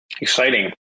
Exciting